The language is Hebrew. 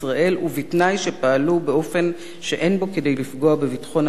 ובתנאי שפעלו באופן שאין בו כדי לפגוע בביטחון המדינה,